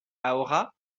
ahora